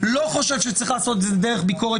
לא חושב שצריך לעשות את זה דרך ביקורת